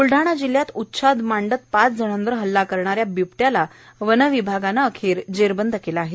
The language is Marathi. ब्लडाणा जिल्हयात ऊच्छाद मांडत पाच जणांवर हल्ला करणारा बिबट्याला वनविभागाने अखेर जेरबंद केले आहे